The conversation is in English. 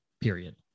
period